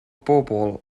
bobol